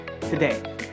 today